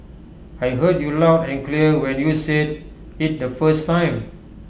I heard you loud and clear when you said IT the first time